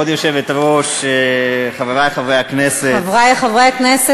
אם בביטחון, חברי חיים ילין,